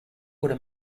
could